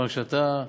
מכיוון שאתה,